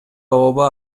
ооба